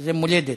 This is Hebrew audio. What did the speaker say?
שזה מולדת.